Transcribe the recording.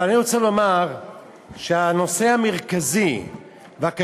אבל אני רוצה לומר שהנושא המרכזי והקשה